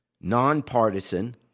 nonpartisan